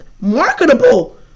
marketable